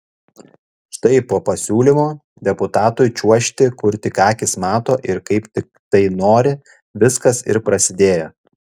štai po pasiūlymo deputatui čiuožti kur tik akys mato ir kaip tik tai nori viskas ir prasidėjo